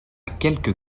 quelques